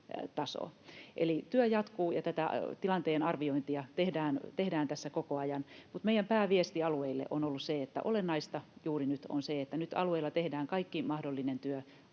Eli työ jatkuu ja tätä tilanteen arviointia tehdään tässä koko ajan. Meidän pääviesti alueille on ollut se, että olennaista juuri nyt on se, että nyt alueilla tehdään kaikki mahdollinen työ